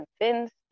convinced